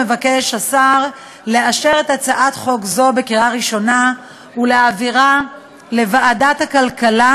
מבקש השר לאשר את הצעת חוק זו בקריאה ראשונה ולהעבירה לוועדת הכלכלה,